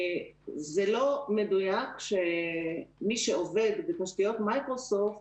זה לא מדויק שמי שעובד בתשתיות מייקרוסופט